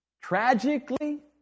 Tragically